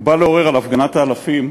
הוא בא לעורר על הפגנת האלפים,